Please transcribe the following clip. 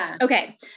okay